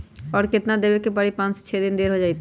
और केतना देब के परी पाँच से छे दिन देर हो जाई त?